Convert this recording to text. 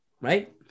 right